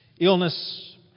illness